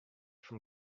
from